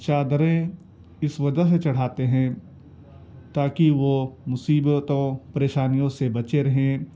چادریں اس وجہ سے چڑھاتے ہیں تا کہ وہ مصیبتوں پریشانیوں سے بچے رہیں